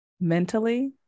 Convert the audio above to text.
mentally